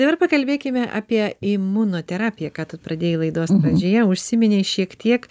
dabar pakalbėkime apie imunoterapiją ką tu pradėjai laidos pradžioje užsiminei šiek tiek